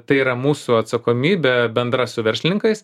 tai yra mūsų atsakomybė bendra su verslininkais